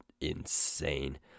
insane